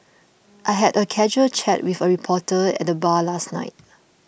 I had a casual chat with a reporter at the bar last night